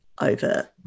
over